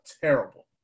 terrible